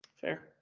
Fair